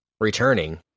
returning